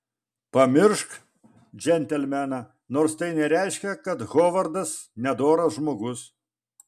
pamiršk džentelmeną nors tai nereiškia kad hovardas nedoras žmogus